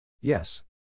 Yes